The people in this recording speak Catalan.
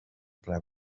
ple